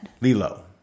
Lilo